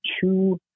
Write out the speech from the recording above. two